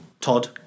Todd